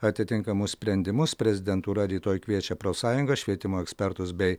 atitinkamus sprendimus prezidentūra rytoj kviečia profsąjungas švietimo ekspertus bei